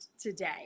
today